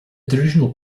traditional